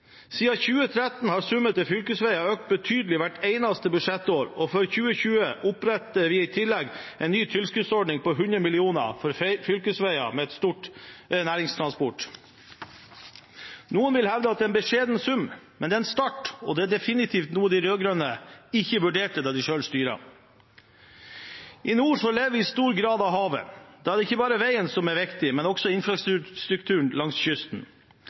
Siden 2013 har summen til fylkesveiene økt betydelig hvert eneste budsjettår, og for 2020 oppretter vi i tillegg en ny tilskuddsordning på 100 mill. kr for fylkesveier med stor næringstransport. Noen vil hevde at det er en beskjeden sum, men det er en start, og det er definitivt noe de rød-grønne ikke vurderte da de selv styrte. I nord lever vi i stor grad av havet. Da er det ikke bare veien som er viktig, men også infrastrukturen langs kysten.